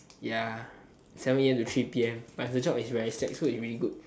ya seven a_m to three p_m plus the job is very slack so it really good